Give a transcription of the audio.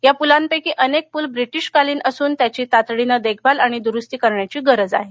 या पुलांपैकी अनेक पूल ब्रिटिशकालीन असून त्यांची तातडीने देखभाल आणि दूरुस्ती करण्याची गरज आहे